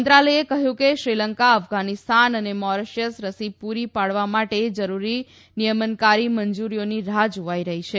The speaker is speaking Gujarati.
મંત્રાલયે કહ્યું કે શ્રીલંકા અફઘાનીસ્તાન અને મોરેશીયસ રસી પુરી પાડવા માટે જરુરી નીયમનકારી મંજુરીઓની રાહ જોવાઇ રહી છે